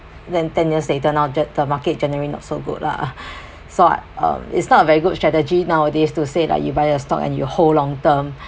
then ten years later now the the market generally not so good lah so um it's not a very good strategy nowadays to say like you buy a stock and you hold long term